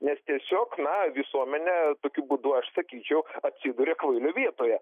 nes tiesiog na visuomenė tokiu būdu aš sakyčiau atsiduria kvailio vietoje